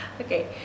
Okay